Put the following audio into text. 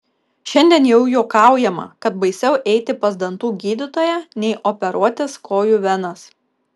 šiandien jau juokaujama kad baisiau eiti pas dantų gydytoją nei operuotis kojų venas